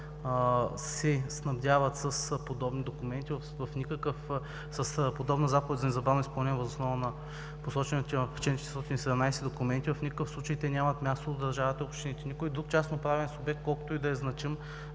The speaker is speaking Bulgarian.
се снабдяват с подобна заповед за незабавно изпълнение въз основа на посочените в чл. 417 документи, в никакъв случай те нямат място в държавата и общините. Никой друг частно-правен субект, колкото и да е значим